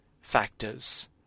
factors